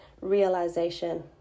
realization